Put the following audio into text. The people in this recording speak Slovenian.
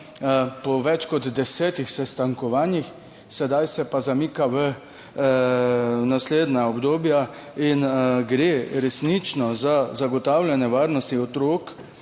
po več kot desetih sestankovanjih, sedaj se pa zamika v naslednja obdobja in gre resnično za zagotavljanje varnosti otrok,